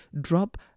Drop